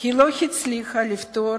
היא לא הצליחה לפתור